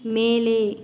மேலே